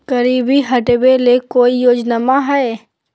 गरीबी हटबे ले कोई योजनामा हय?